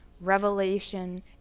revelation